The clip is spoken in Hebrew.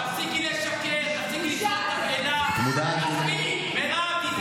למה לשקר לציבור, מירב?